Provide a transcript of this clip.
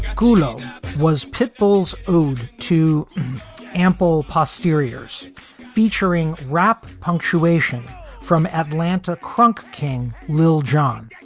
cuno was pitbull's ode to ample posteriors featuring rap punctuation from atlanta krunk king lil jon.